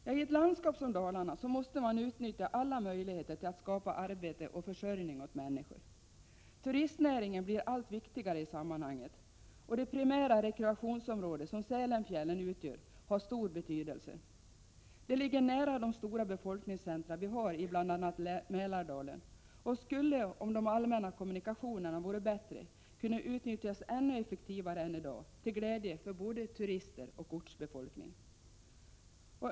I ett landskap som Dalarna måste man utnyttja alla möjligheter till att skapa arbete och försörjning åt människor. Turistnäringen blir allt viktigare i sammanhanget, och det primära rekreationsområde som Sälenfjällen utgör har stor betydelse. Det ligger nära de stora befolkningscentra vi har i bl.a. Mälardalen och skulle, om de allmänna kommunikationerna vore bättre, kunna utnyttjas ännu effektivare än i dag till glädje för både turister och ortsbefolkning.